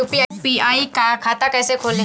UPI का खाता कैसे खोलें?